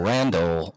Randall